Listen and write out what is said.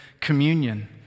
communion